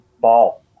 ball